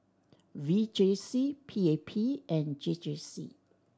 V J C P A P and J J C